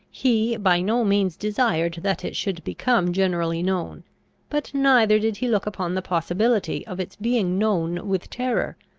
he by no means desired that it should become generally known but neither did he look upon the possibility of its being known with terror.